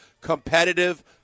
competitive